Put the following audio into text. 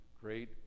great